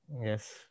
Yes